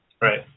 Right